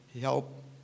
help